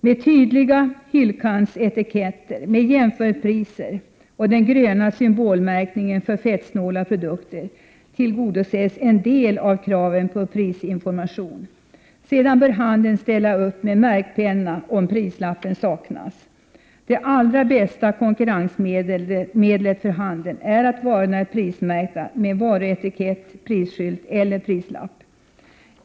Med tydliga hyllkantsetiketter, med jämförpriser och den gröna symbol märkningen för fettsnåla produkter tillgodoses en del av kraven på prisinformation. Sedan bör handeln ställa upp med märkpenna om prislappen saknas. Det allra bästa konkurrensmedlet för handeln är att varorna är prismärkta med varuetikett, prisskylt eller prislapp.